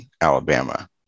alabama